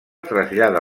trasllada